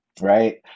right